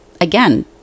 again